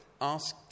asked